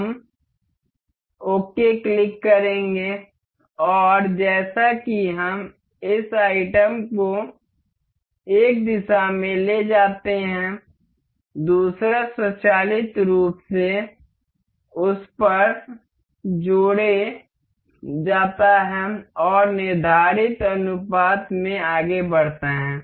हम okay click करेंगे और जैसा कि हम इस आइटम को एक दिशा में ले जाते हैं दूसरा स्वचालित रूप से उस पर जोड़े जाता है और निर्धारित अनुपात में आगे बढ़ता है